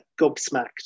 gobsmacked